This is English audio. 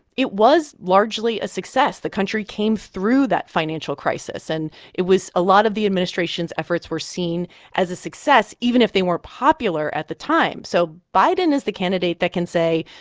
it was largely a success. the country came through that financial crisis, and it was a lot of the administration's efforts were seen as a success, even if they weren't popular at the time. so biden is the candidate that can say,